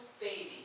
baby